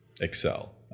excel